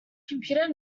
computer